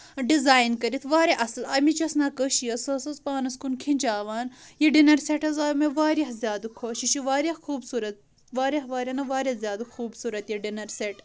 design کٔرِتھ واریاہ اَصٕل اَمِچ یۄس نَقٲشی ٲسۍ سۄ سا ٲسۍ پانَس کُن کِھنٛچاوان یہِ ڈِنر سیٚٹ حظ آو مےٚ واریاہ زیادٕ خۄش یہِ چُھ واریاہ خوٗبصوٗرَت واریاہ واریاہ نہ واریاہ زیادٕ خوٗبصوٗرَت یہِ ڈِنر سیٚٹ